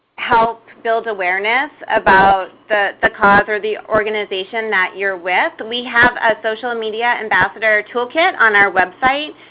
help build awareness about the the cause or the organization that you're with. we have a social media ambassador toolkit on our website.